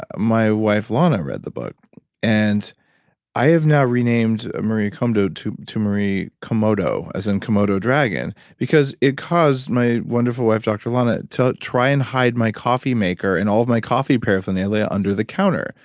ah my wife lana read the book and i have now renamed marie kondo to to marie komodo, as in komodo dragon because it caused my wonderful wife lana to try and hide my coffee maker and all of my coffee paraphernalia under the counter,